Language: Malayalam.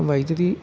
വൈദ്യുതി